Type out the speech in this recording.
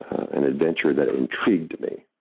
an adventure that intrigued me.